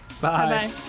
Bye